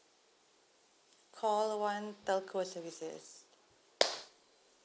call one telco services